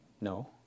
no